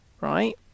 right